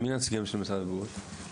מי הנציגים של משרד הבריאות?